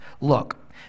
look